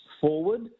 forward